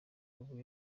abo